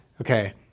Okay